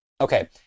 Okay